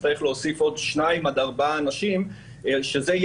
יצטרך להוסיף עוד שניים עד ארבעה אנשים שזו תהיה